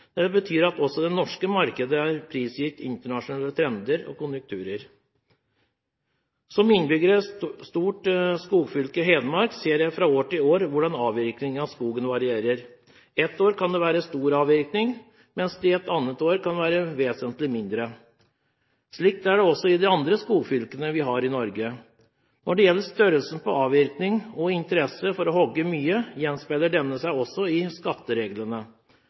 Det betyr at også det norske markedet er prisgitt internasjonale trender og konjunkturer. Som innbygger i et stort skogfylke, Hedmark, ser jeg fra år til år hvordan avvirkning av skogen varierer. Et år kan det være stor avvirkning, mens det i et annet år kan være vesentlig mindre. Slik er det også i de andre skogfylkene vi har i Norge. Når det gjelder størrelsen på avvirkning og interesse for å hogge mye, gjenspeiler dette seg også i skattereglene.